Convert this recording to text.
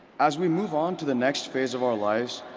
as we move on to the next phase of our lives,